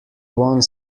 one